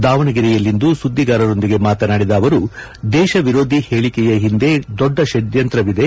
ದಾವಣಗೆರೆಯಲ್ಲಿಂದು ಸುದ್ದಿಗಾರರೊಂದಿಗೆ ಮಾತನಾಡಿದ ಅವರು ದೇಶ ವಿರೋಧಿ ಹೇಳಿಕೆಯ ಹಿಂದೆ ದೊಡ್ಡ ಷಡ್ಯಂತ್ರವಿದೆ